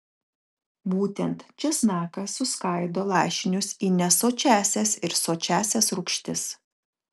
būtent česnakas suskaido lašinius į nesočiąsias ir sočiąsias rūgštis